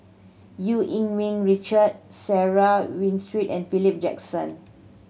Eu Yee Ming Richard Sarah Winstedt and Philip Jackson